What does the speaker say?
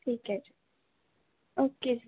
ਠੀਕ ਹੈ ਜੀ ਓਕੇ ਜੀ